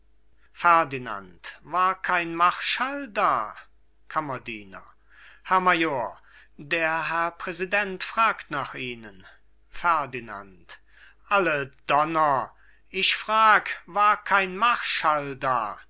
ferdinand war kein marschall da kammerdiener herr major der herr präsident fragt nach ihnen ferdinand alle donner ich frag war kein marschall da